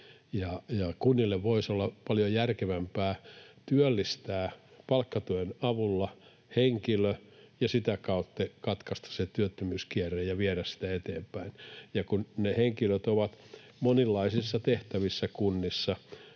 kunnille voisi olla paljon järkevämpää työllistää palkkatuen avulla henkilö ja sitä kautta katkaista se työttömyyskierre ja viedä sitä eteenpäin, ja ne henkilöt ovat monenlaisissa tehtävissä kunnissa